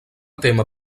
tema